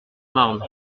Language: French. marne